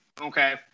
Okay